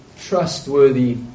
trustworthy